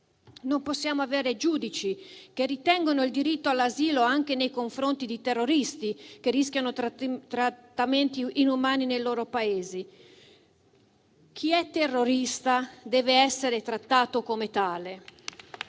Non possiamo avere giudici che ritengono che abbiano diritto d'asilo anche terroristi che rischiano trattamenti inumani nei loro Paesi. Chi è terrorista deve essere trattato come tale.